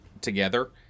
together